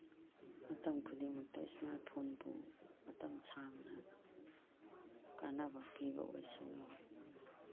ꯃꯇꯝ ꯈꯨꯗꯤꯡꯃꯛꯇ ꯏꯁꯃꯥꯔꯠ ꯐꯣꯟꯕꯨ ꯃꯇꯝ ꯁꯥꯡꯅ ꯀꯥꯟꯅꯕ ꯄꯤꯕ ꯑꯣꯏꯁꯅꯨ